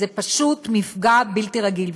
זה פשוט מפגע בלתי רגיל.